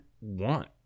want